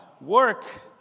Work